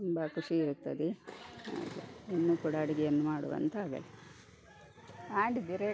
ತುಂಬ ಖುಷಿ ಇರ್ತದೆ ಅದೇ ಇನ್ನು ಕೂಡ ಅಡುಗೆಯನ್ನು ಮಾಡುವಂತಾಗಲಿ ಆಂಡ್ದೆ ರೇ